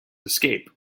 escape